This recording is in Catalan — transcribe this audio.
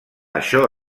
això